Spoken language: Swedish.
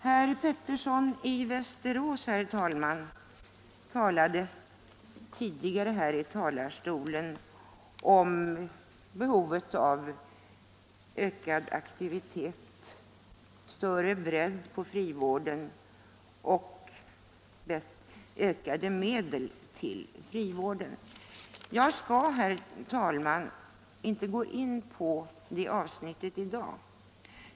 Herr Pettersson i Västerås framhöll tidigare från denna talarstol behovet av ökad aktivitet och större bredd på frivården samt behovet av ökade medel till densamma. Jag skall inte gå in på det avsnittet i dag.